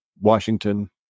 Washington